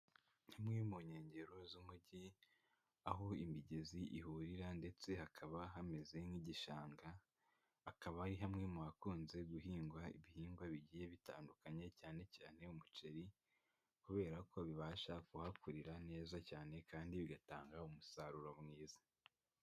Imwe mu nkengero z'umujyi, aho imigezi ihurira ndetse hakaba hameze nk'igishanga, hakaba ari hamwe mu hakunze guhingwa ibihingwa bigiye bitandukanye, cyane cyane umuceri, kubera ko bibasha kuhakurira neza cyane kandi bigatanga umusaruro mwiza.